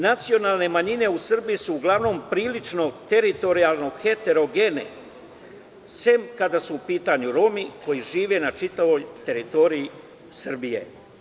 Nacionalne manjine u Srbiji su uglavnom prilično teritorijalno heterogene, sem kada su u pitanju Romi, koji žive na čitavoj teritoriji Srbije.